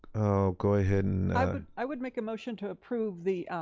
i'll go ahead and i would make a motion to approve the